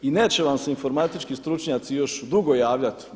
I neće vam se informatički stručnjaci još dugo javljati.